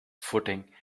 footing